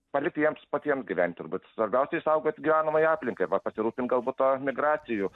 palikti jiems patiems gyventi turbūt svarbiausia išsaugot gyvenamąją aplinką ir vat pasirūpint galbūt ta migracijų